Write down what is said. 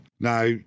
Now